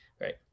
right